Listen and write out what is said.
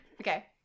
Okay